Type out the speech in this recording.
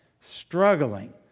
struggling